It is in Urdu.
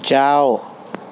چاؤ